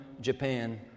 Japan